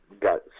got